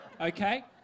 okay